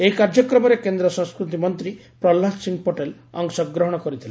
ଏହି କାର୍ଯ୍ୟକ୍ରମରେ କେନ୍ଦ୍ର ସଂସ୍କୃତି ମନ୍ତ୍ରୀ ପ୍ରହ୍ଲାଦ ସିଂ ପଟେଲ ଅଂଶ ଗ୍ହଣ କରିଥିଲେ